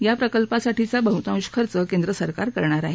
या प्रकल्पासाठीचा बहुताश खर्च केंद्र सरकार करणार आहे